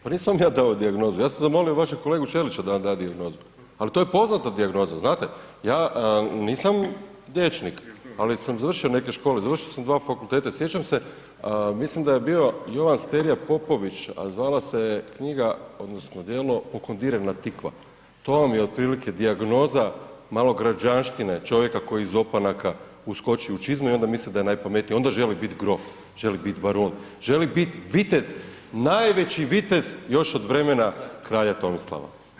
Pa nisam vam ja dao dijagnozu, ja sam zamolio vašeg kolegu Ćelića da vam da dijagnozu, al to je poznata dijagnoza znate, ja nisam liječnik, ali sam završio neke škole, završio sam dva fakulteta i sjećam se, mislim da je bio Jovan Sterija Popović, a zvala se je knjiga odnosno djelo Pokondirana Tikva, to vam je otprilike dijagnoza malograđanštine, čovjeka koji je iz opanaka uskočio u čizme i onda misli da je najpametniji i onda želi biti grof, želi bit barun, želi bit vitez, najveći vitez još od vremena Kralja Tomislava.